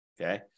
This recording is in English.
okay